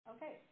Okay